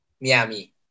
Miami